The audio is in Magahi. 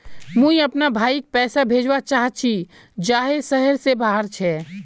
मुई अपना भाईक पैसा भेजवा चहची जहें शहर से बहार छे